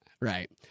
Right